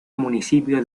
municipio